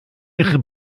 ihre